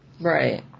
Right